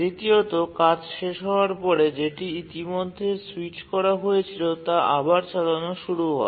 দ্বিতীয়ত কাজ শেষ হওয়ার পরে যেটি ইতিমধ্যে স্যুইচ করা হয়েছিল তা আবার চালানো শুরু হয়